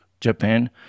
Japan